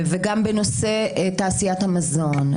גם בנושא תעשיית המזון,